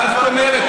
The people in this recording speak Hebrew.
מה זאת אומרת?